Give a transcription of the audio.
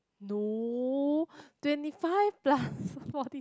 no twenty five plus forty